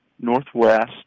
northwest